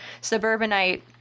suburbanite